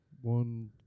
one